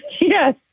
Yes